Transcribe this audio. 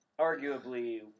arguably